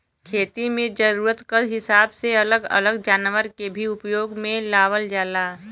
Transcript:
खेती में जरूरत क हिसाब से अलग अलग जनावर के भी उपयोग में लावल जाला